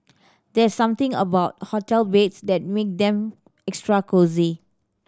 there's something about hotel beds that make them extra cosy